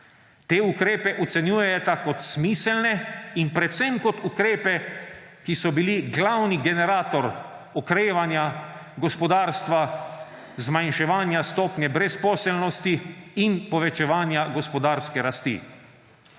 te ukrepe ocenjujeta kot smiselne in predvsem kot ukrepe, ki so bili glavni generator okrevanja gospodarstva, zmanjševanja stopnje brezposelnosti in povečevanja gospodarske rasti.